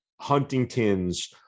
Huntington's